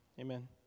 amen